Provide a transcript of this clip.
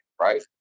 right